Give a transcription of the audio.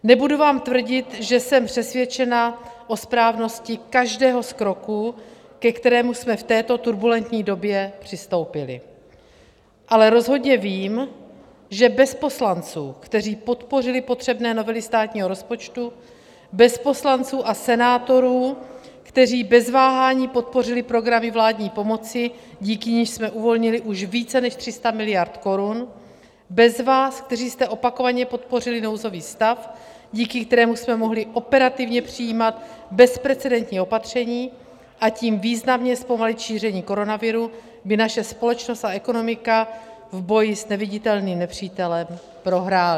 Nebudu vám tvrdit, že jsem přesvědčena o správnosti každého z kroků, ke kterému jsme v této turbulentní době přistoupili, ale rozhodně vím, že bez poslanců, kteří podpořili potřebné novely státního rozpočtu, bez poslanců a senátorů, kteří bez váhání podpořili programy vládní pomoci, díky nimž jsme uvolnili už více než 300 miliard korun, bez vás, kteří jste opakovaně podpořili nouzový stav, díky němuž jsme mohli operativně přijímat bezprecedentní opatření a tím významně zpomalit šíření koronaviru, by naše společnost a ekonomika v boji s neviditelným nepřítelem prohrály.